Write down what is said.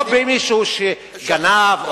לא במישהו שגנב,